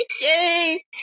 Yay